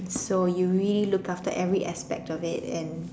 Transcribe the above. so you really look after every aspect of it and